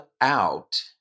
out